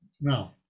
Now